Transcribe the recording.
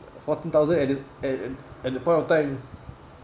fourteen thousand at the at at at that point of time